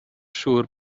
siŵr